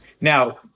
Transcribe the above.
Now